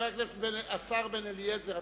השר בן-אליעזר,